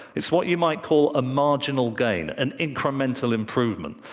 it's what you might call a marginal gain, an incremental improvement.